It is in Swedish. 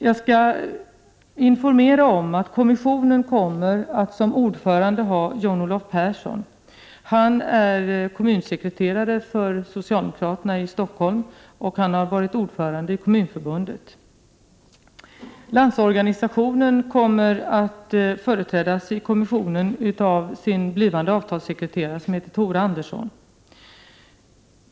Jag vill informera om att kommissionen kommer att som ordförande ha John-Olof Persson. Han är kommunsekreterare för socialdemokraterna i Stockholm, och han har varit ordförande i Kommunförbundet. Landsorganisationen kommer att i kommissionen företrädas av sin blivande avtalssekreterare Tore Andersson.